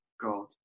God